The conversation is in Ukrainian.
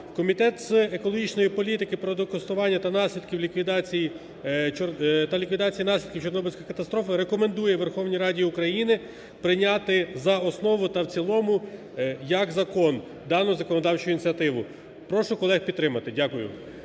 Комітет з екологічної політики, природокористування та наслідків ліквідації… та ліквідації наслідків Чорнобильської катастрофи рекомендує Верховній Раді України прийняти за основу та в цілому як закон дану законодавчу ініціативу. Прошу колег підтримати. Дякую.